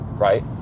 right